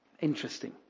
Interesting